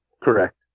Correct